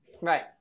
Right